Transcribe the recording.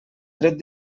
dret